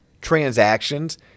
transactions